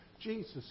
Jesus